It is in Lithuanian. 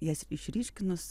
jas išryškinus